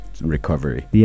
recovery